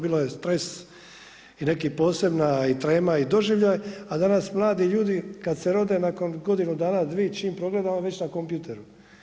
Bilo je stres i neka posebna i trema i doživljaj, a danas mladi ljudi kad se rode nakon godinu dana, dvi, čim progleda on je već na kompjuteru.